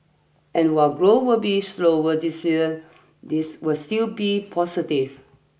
and while grow will be slower this year this will still be positive